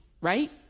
right